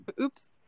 Oops